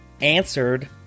answered